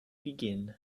begin